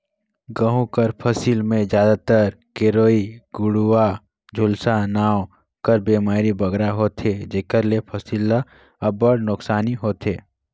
गहूँ कर फसिल में जादातर गेरूई, कंडुवा, झुलसा नांव कर बेमारी बगरा होथे जेकर ले फसिल ल अब्बड़ नोसकानी होथे